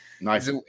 nice